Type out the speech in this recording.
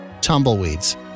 Tumbleweeds